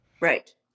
Right